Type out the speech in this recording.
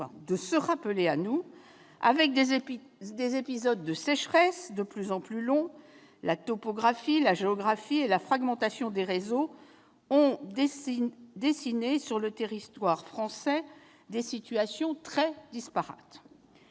de se rappeler à nous, avec des épisodes de sécheresse de plus en plus longs. La topographie, la géographie et la fragmentation des réseaux ont dessiné des situations très disparates